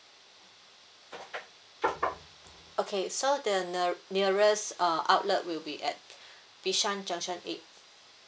okay so the near nearest uh outlet will be at bishan junction eight